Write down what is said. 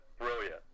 brilliant